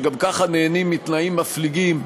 שגם ככה נהנים מתנאים מפליגים,